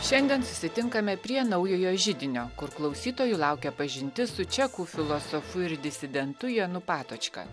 šiandien susitinkame prie naujojo židinio kur klausytojų laukia pažintis su čekų filosofu ir disidentu janu patočka